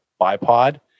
bipod